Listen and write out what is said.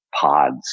pods